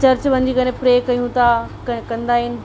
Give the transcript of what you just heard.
church वञी करे pray कयूं था कं कंदा आहियूं